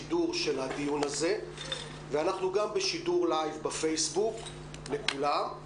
ואנחנו גם בשידור Life בפייסבוק לכולם.